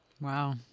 Wow